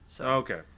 Okay